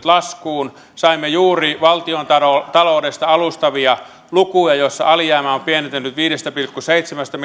laskuun saimme juuri valtiontaloudesta alustavia lukuja joissa alijäämä julkisessa taloudessa on pienentynyt viidestä pilkku seitsemästä